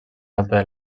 alta